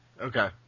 Okay